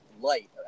light